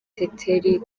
teteri